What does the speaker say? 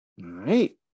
right